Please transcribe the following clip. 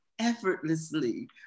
effortlessly